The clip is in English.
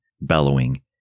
bellowing